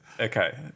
Okay